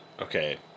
okay